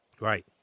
Right